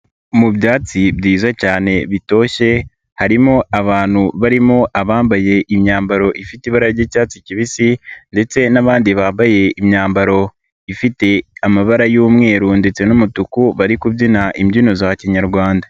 Mu byatsi byiza cyane bitoshye, harimo abantu barimo abambaye imyambaro ifite ibara ry'icyatsi kibisi ndetse n'abandi bambaye imyambaro ifite amabara y'umweru ndetse n'umutuku, bari kubyina imbyino za kinyarwanda.